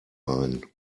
rein